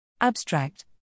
Abstract